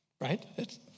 Right